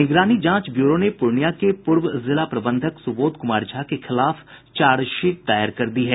निगरानी जांच ब्यूरो ने पूर्णियां के पूर्व जिला प्रबंधक सुबोध कुमार झा के खिलाफ चार्जशीट दायर कर दी है